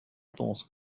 pense